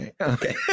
Okay